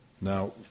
Now